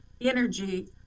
energy